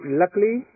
luckily